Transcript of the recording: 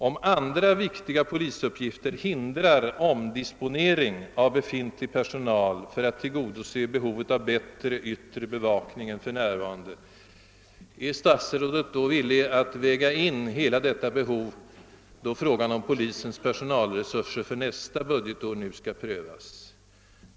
Om andra viktiga polisuppgifter hindrar omdisponering av befintlig personal för att tillgodose behovet av bättre yttre bevakning än för närvarande, är statsrådet då villig att väga in hela detta behov, då frågan om polisens personalresurser för nästa budgetår nu skall prövas?